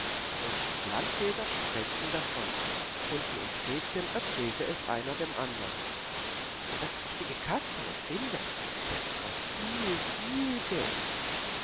und die landjäger sprengten davon unten im städtchen erzählte es einer dem andern wer das richtige kasperle findet der bekommt viel viel geld